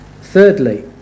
thirdly